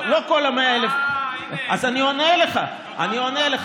לא, לא כל ה-100,000, אה, הינה, אז אני עונה לך.